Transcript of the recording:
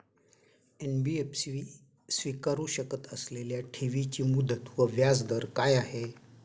NBFC स्वीकारु शकत असलेल्या ठेवीची मुदत व व्याजदर काय आहे?